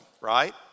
right